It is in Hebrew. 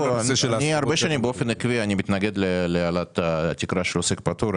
הרבה שנים באופן עקבי מתנגד להעלאת התקרה של עוסק פטור,